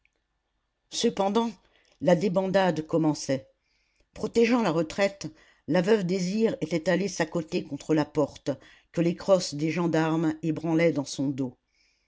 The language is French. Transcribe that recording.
cependant la débandade commençait protégeant la retraite la veuve désir était allée s'accoter contre la porte que les crosses des gendarmes ébranlaient dans son dos